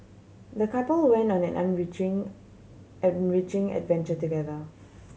the couple went on an enriching enriching adventure together